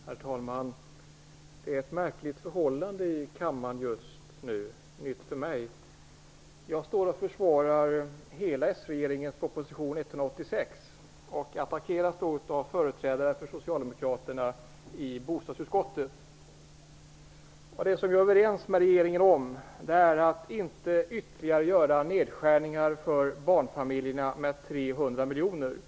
Herr talman! Det är ett märkligt förhållande i kammaren just nu. Det är i alla fall nytt för mig. Jag försvarar hela den socialdemokratiska propositionen nr 186 och attackeras då av företrädare för socialdemokraterna i bostadsutskottet. Vad jag är överens med regeringen om är att man inte skall göra ytterligare nedskärningar för barnfamiljerna med 300 miljoner kronor.